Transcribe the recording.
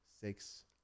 six